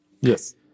Yes